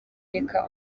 reka